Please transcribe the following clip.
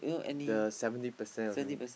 the seventy percent or something